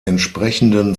entsprechenden